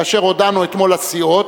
כאשר הודענו אתמול לסיעות